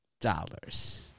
dollars